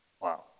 Wow